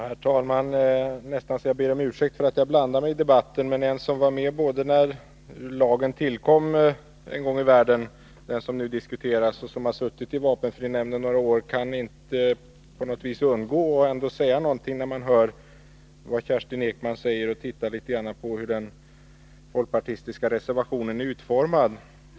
Herr talman! Det är nästan så att jag ber om ursäkt för att jag blandar mig i debatten. Men en som var med när lagen tillkom en gång i världen — den lag som nu diskuteras — och som har suttit med i vapenfrinämnden några år kan inte undgå att säga någonting när han lyssnar till Kerstin Ekman och ser hur den folkpartistiska reservationen är utformad.